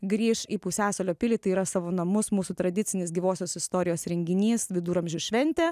grįš į pusiasalio pilį tai yra savo namus mūsų tradicinis gyvosios istorijos renginys viduramžių šventė